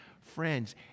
Friends